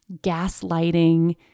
gaslighting